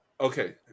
okay